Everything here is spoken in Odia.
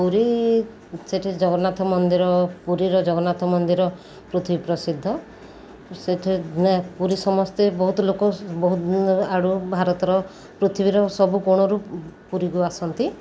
ପୁରୀ ସେଠି ଜଗନ୍ନାଥ ମନ୍ଦିର ପୁରୀର ଜଗନ୍ନାଥ ମନ୍ଦିର ପୃଥିବୀ ପ୍ରସିଦ୍ଧ ସେଠି ପୁରୀ ସମସ୍ତେ ବହୁତ ଲୋକ ବହୁତ ଆଡ଼ୁ ଭାରତର ପୃଥିବୀର ସବୁ କୋଣରୁ ପୁରୀକୁ ଆସନ୍ତି